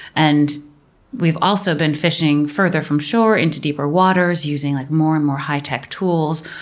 and we've also been fishing further from shore into deeper waters using like more and more high-tech tools.